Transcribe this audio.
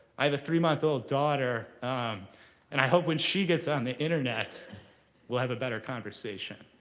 i have a three-month-old daughter and i hope when she gets on the internet we'll have a better conversation.